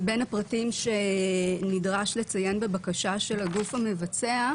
בין הפרטים שנדרשים לציין בבקשה של הגוף המבצע,